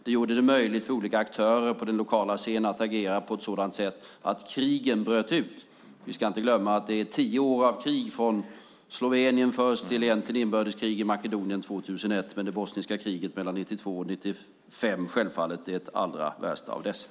Det gjorde det möjligt för olika aktörer på den lokala scenen att agera på ett sådant sätt att krigen bröt ut. Vi ska inte glömma att det var tio år av krig, från Slovenien först till inbördeskrig i Makedonien 2001, men det bosniska kriget mellan 1992 och 1995 var självfallet det allra värsta av dessa.